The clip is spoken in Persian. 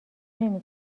نمی